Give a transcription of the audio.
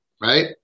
Right